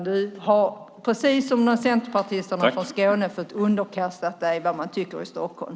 Du har, precis som centerpartisterna från Skåne, fått underkasta dig vad man tycker i Stockholm.